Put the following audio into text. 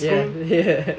ya ya